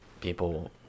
people